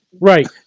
Right